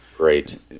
Great